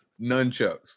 Nunchucks